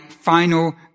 final